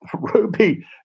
Ruby